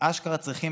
שאשכרה צריכים,